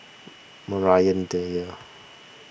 Maria Dyer